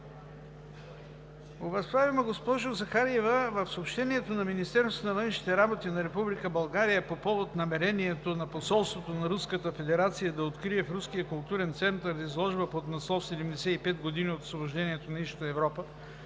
Уважаема госпожо Захариева, в съобщението на Министерството на външните работи на Република България по повод намерението на посолството на Руската федерация да открие в Руския културен център изложба под наслов „Седемдесет и пет години от освобождението на Източна Европа